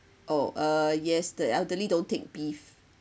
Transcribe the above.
oh uh yes the elderly don't take beef